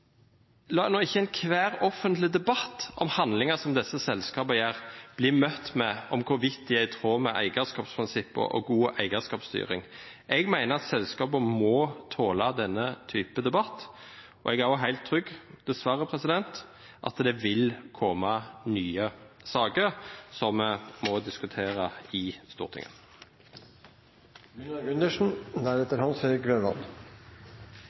ikke enhver offentlig debatt om handlinger som disse selskapene gjør, bli møtt med hvorvidt de er i tråd med eierskapsprinsippene og god eierskapsstyring. Jeg mener at selskapene må tåle denne type debatt, og jeg er også helt trygg på, dessverre, at det vil komme nye saker som vi må diskutere i